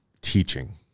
teaching